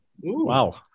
Wow